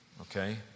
Okay